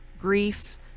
grief